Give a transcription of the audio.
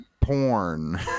porn